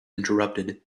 interrupted